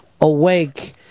Awake